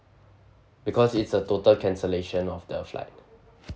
because it's a total cancellation of the flight